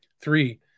three